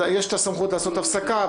יש את הסמכות לעשות הפסקה,